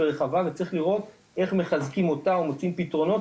וצריך לראות איך מחזקים אותה ומוצאים פתרונות,